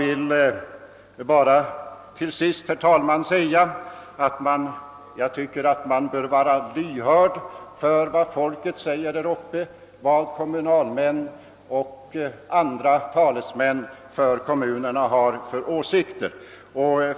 Till sist vill jag, herr talman, bara framhålla att jag anser att man bör vara lyhörd för vad kommunalmän och andra talesmän för kommunerna där uppe har för åsikter.